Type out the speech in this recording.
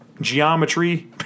geometry